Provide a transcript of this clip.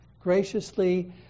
graciously